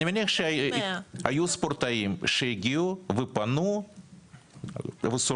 אני מניח שהיו ספורטאים שהגיעו ופנו וסורבו.